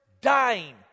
dying